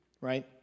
right